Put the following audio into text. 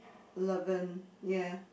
eleven ya